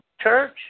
church